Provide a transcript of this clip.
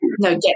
No